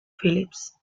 phillips